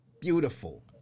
beautiful